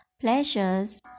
pleasures